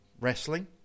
wrestling